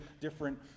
different